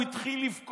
הוא התחיל לבכות,